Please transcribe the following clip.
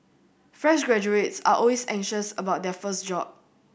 fresh graduates are always anxious about their first job